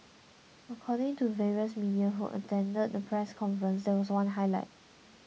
according to various media who attended the press conference there was one highlight